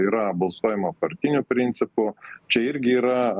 yra balsuojama partiniu principu čia irgi yra